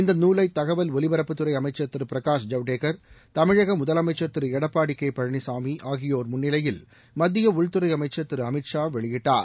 இந்த நாலை தகவல் ஒலிபரப்புத்துறை அமைச்சர் திரு பிரகாஷ் ஜவடேகர் தமிழக முதலமைச்சர் திரு எடப்பாடி கே பழனிசாமி ஆகியோர் முன்னிலையில் மத்திய உள்துறை அமைச்சர் திரு அமித் ஷா வெளியிட்டார்